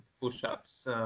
push-ups